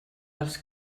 els